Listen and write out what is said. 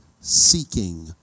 seeking